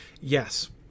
Yes